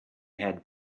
had